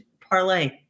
parlay